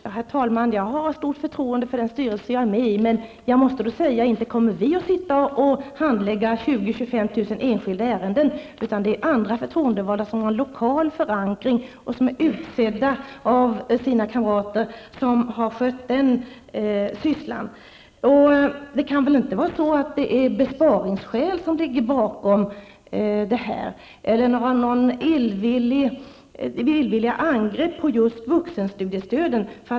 Herr talman! Jag har stort förtroende för den styrelse jag är med i, men inte kommer vi att sitta och handlägga mellan 20 000 och 25 000 enskilda ärenden, utan det är andra förtroendevalda som har lokal förankring och som är utsedda av sina kamrater som har skött den sysslan. Det kan väl inte vara besparingsskäl som ligger bakom detta eller några illvilliga angrepp på just vuxenstudiestödet?